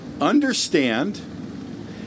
Understand